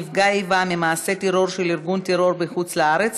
נפגע איבה ממעשה טרור של ארגון טרור בחוץ-לארץ),